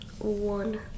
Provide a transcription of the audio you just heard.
One